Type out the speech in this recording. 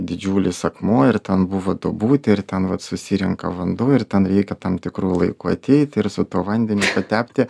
didžiulis akmuo ir ten buvo duobutė ir ten vat susirenka vanduo ir ten reikia tam tikru laiku ateiti ir su tuo vandeniu tepti